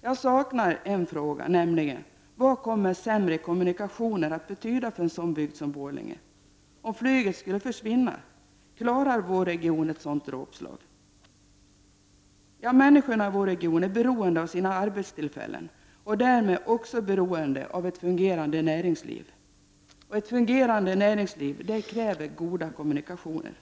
En fråga saknar jag, nämligen: Vad skulle sämre kommunikationer betyda för en bygd som Borlänge om flyget försvann — skulle vår region klara ett sådant dråpslag? Människorna i vår region är beroende av sina arbetstillfällen och därmed också av ett fungerande näringsliv — och ett fungerande näringsliv kräver goda kommunikationer!